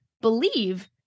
believe